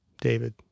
David